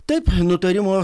taip nutarimo